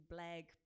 blag